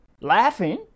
laughing